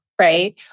right